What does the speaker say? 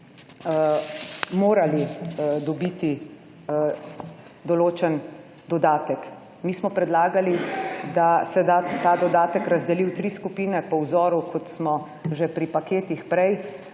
morali dobiti določen dodatek. Mi smo predlagali, da se ta dodatek razdeli v tri skupine po vzoru kot smo že pri paketih prej